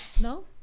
No